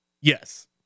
Yes